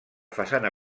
façana